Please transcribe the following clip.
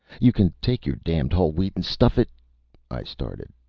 you can take your damned whole wheat and stuff it i started.